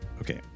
okay